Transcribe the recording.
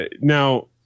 Now